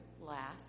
last